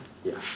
ya